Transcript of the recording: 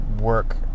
work